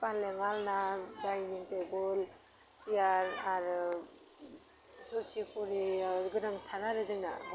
पालें आलना dining table सियार आरो थोरसि खुरैयाबो गोनांथार आरो जोंना